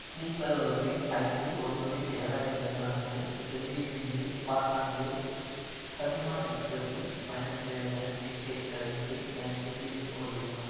sleeper வகுப்பில் ஐந்து ஒன்பது இரண்டாயிரத்தி இருபத்தி நாலு அன்று டெல்லியிலிருந்து பாட்னாக்கு கதிமான் எக்ஸ்பிரஸ்சில் பயணம் செய்வதற்கான டிக்கெட் கட்டணத்தை எனக்குத் தெரிவிக்க முடியுமா